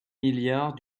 milliards